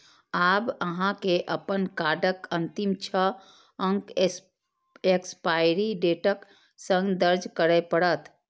आब अहां के अपन कार्डक अंतिम छह अंक एक्सपायरी डेटक संग दर्ज करय पड़त